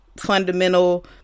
fundamental